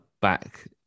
back